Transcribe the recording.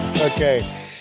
Okay